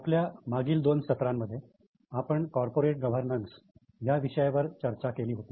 आपल्या मागील दोन सत्रांमध्ये आपण कॉर्पोरेट गव्हर्नन्स या विषयावर चर्चा केली होती